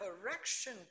correction